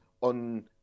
on